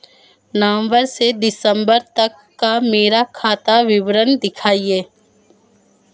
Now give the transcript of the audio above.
नवंबर से दिसंबर तक का मेरा खाता विवरण दिखाएं?